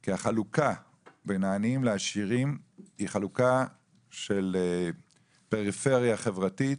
כי החלוקה בין העניים לעשירים היא חלוקה של פריפריה חברתית,